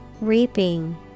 Reaping